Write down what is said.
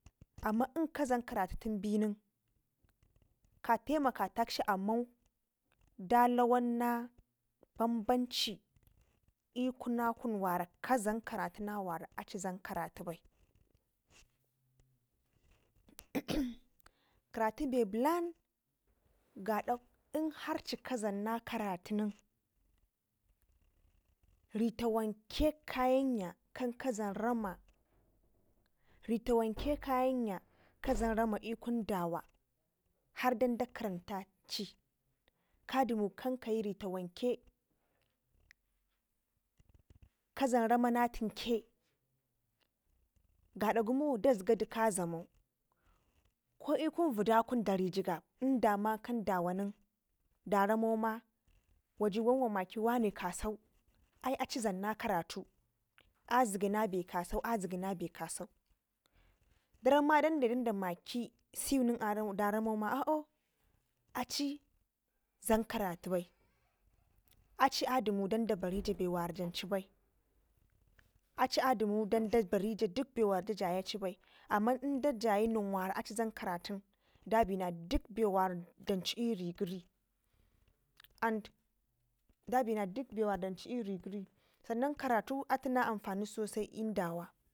amma inka dlam karatu tunbenin ka taimaka takshi amman da lawan na banbanci i'kuna kun wara kadlam karatu na wana dlam karatu bai karatun be blan gad a in har ci ka dlam na karatunen ritawanke kayenya kazan rama ritawanke kayenya kazan rama i'kun dawa har dan da karantatici kadimu kan kayi ri tawanke kazan rama na tike gada gumo kazgadu kazamau ko i'kun vidakun dari jigab inda makan dawa nen daramo ma wada wan wa maki mane kasau ai aci dlamna karatu azgyi na be kasau azgyi na be kasau daramma dan dayi da maki seu nen daramo ma au'o aci dlam karatu bai aci adimu dan da benda bewa ra janci bai aci adumu dan da barija dik be wara da jayaci bai amman indajayi nen wara aci dlam karatu nen dabina dik bewara dancu iri gyiri nen dabina dik bewara dancu iri gyiri sannan karaty atu na amfani sosai iri dawa.